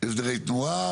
בהסדרי תנועה